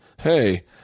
Hey